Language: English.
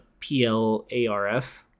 PLARF